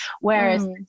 Whereas